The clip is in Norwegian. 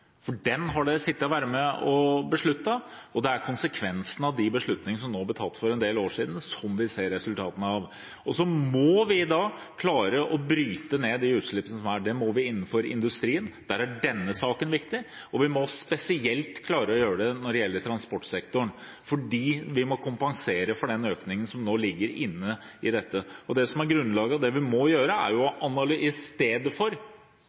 for den har SV sittet og vært med på å beslutte, og det er konsekvensene av de beslutningene som ble tatt for en del år siden, vi nå ser resultatene av. Så må vi klare å bryte ned de utslippene som er. Det må vi innenfor industrien, der er denne saken viktig, og vi må spesielt klare å gjøre det når det gjelder transportsektoren, fordi vi må kompensere for den økningen som nå ligger inne i dette. Det som er grunnlaget, og det vi må gjøre i stedet for bare å